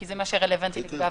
כי זה מה שרלוונטי להפגנות.